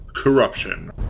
Corruption